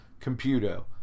Computo